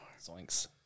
zoinks